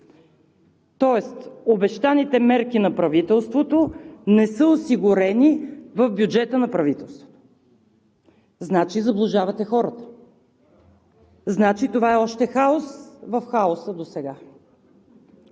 Тоест обещаните мерки на правителството не са осигурени в бюджета на правителството. Значи заблуждавате хората, значи, че това още е хаос в хаоса досега.